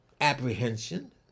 apprehension